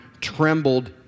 trembled